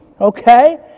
okay